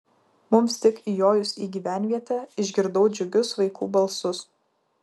mums tik įjojus į gyvenvietę išgirdau džiugius vaikų balsus